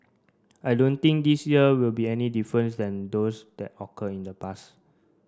I don't think this year will be any difference than those that occur in the past